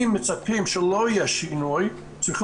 אם מצפים שלא יהיה שינוי, צריכים